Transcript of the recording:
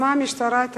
חסמה המשטרה את